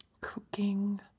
cooking